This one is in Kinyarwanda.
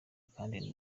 kandi